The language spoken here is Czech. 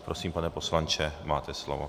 Prosím, pane poslanče, máte slovo.